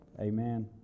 Amen